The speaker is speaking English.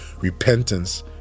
repentance